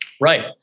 Right